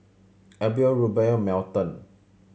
Abel Rubye and Melton